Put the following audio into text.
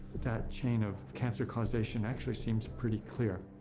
that chain of cancer causation actually seems pretty clear.